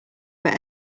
but